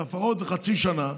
לפחות לחצי שנה,